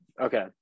Okay